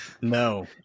No